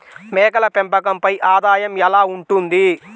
మేకల పెంపకంపై ఆదాయం ఎలా ఉంటుంది?